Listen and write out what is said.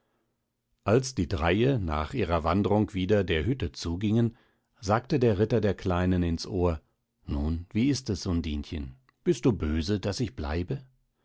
als die dreie nach ihrer wandrung wieder der hütte zugingen sagte der ritter der kleinen ins ohr nun wie ist es undinchen bist du böse daß ich bleibe